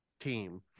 team